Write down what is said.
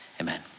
Amen